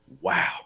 wow